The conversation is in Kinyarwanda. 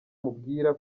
mubwira